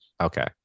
Okay